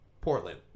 Portland